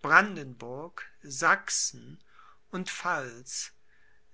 brandenburg sachsen und pfalz